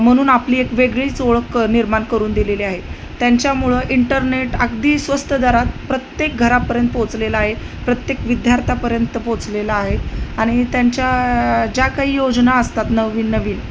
म्हणून आपली एक वेगळीच ओळख निर्माण करून दिलेली आहे त्यांच्यामुळे इंटरनेट अगदी स्वस्त दरात प्रत्येक घरापर्यंत पोचलेला आहे प्रत्येक विद्यार्थ्यापर्यंत पोचलेला आहेत आणि त्यांच्या ज्या काही योजना असतात नवीन नवीन